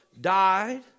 died